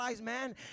man